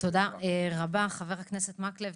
תודה רבה חבר הכנסת מקלב,